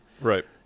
Right